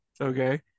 Okay